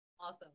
Awesome